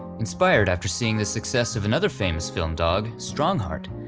inspired after seeing the success of another famous film dog, strongheart,